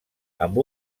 amb